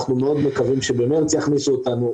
אנחנו מאוד מקווים שבמרץ יכניסו אותנו,